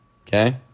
Okay